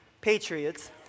Patriots